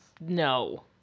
No